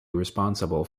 responsible